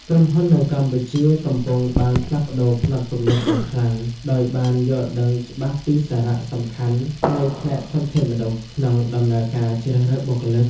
ក្រុមហ៊ុននៅកម្ពុជាបច្ចុប្បន្នបានផ្លាស់ប្តូរផ្នត់គំនិតយ៉ាងខ្លាំង ដោយបានយល់ដឹងច្បាស់ពីសារៈសំខាន់នៃផ្នែកធនធានមនុស្ស ក្នុងដំណើរការជ្រើសរើសបុគ្គលិក។